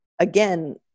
again